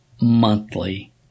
monthly